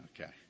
Okay